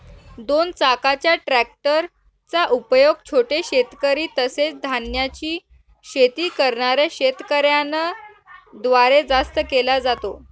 दोन चाकाच्या ट्रॅक्टर चा उपयोग छोटे शेतकरी, तसेच धान्याची शेती करणाऱ्या शेतकऱ्यांन द्वारे जास्त केला जातो